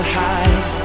hide